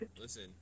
listen